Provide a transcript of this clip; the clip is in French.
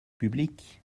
publique